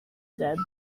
said